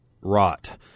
rot